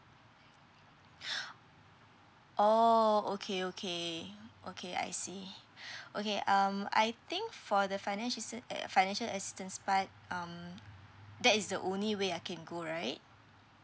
oh okay okay okay I see okay um I think for the finance ssis~ uh financial assistance part um that is the only way I can go right